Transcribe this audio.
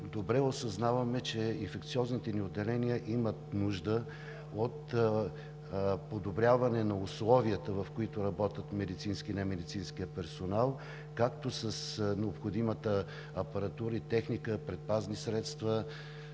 Добре осъзнаваме, че инфекциозните ни отделения имат нужда от подобряване на условията, в които работи медицинският и немедицинският персонал както с необходимата апаратура, техника, предпазни средства,